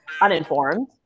uninformed